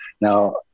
Now